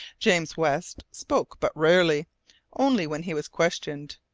james west spoke but rarely only when he was questioned.